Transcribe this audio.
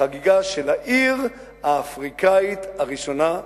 החגיגה של העיר האפריקנית הראשונה בארץ-ישראל.